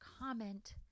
comment